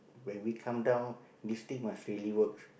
when we come down this thing must really works